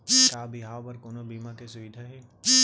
का बिहाव बर कोनो बीमा के सुविधा हे?